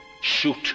Shoot